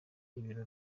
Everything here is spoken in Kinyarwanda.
ibiro